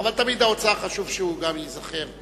אבל תמיד לאוצר חשוב שגם הוא ייזכר.